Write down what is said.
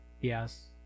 Yes